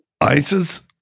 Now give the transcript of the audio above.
ISIS